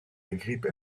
grippe